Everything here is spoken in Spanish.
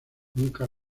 nunca